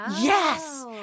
yes